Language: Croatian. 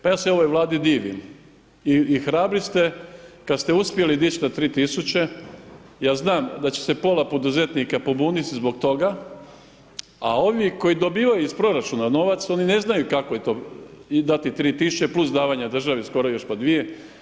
Pa ja se ovoj Vladi divim i hrabri ste kad ste uspjeli dić na 3.000, ja znam da će se pola poduzetnika pobuniti zbog toga, a ovi koji dobivaju iz proračuna novac, oni ne znaju kako je to dati 3.000 plus davanja državi skoro još pa dvije.